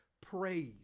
praise